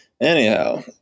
anyhow